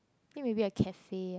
think maybe a cafe ah